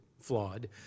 flawed